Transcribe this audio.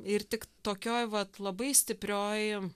ir tik tokioj vat labai stiprioj